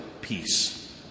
peace